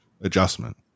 adjustment